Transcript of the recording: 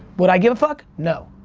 would i give a fuck? no.